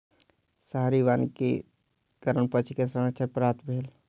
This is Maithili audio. शहरी वानिकी के कारण पक्षी के संरक्षण प्राप्त भेल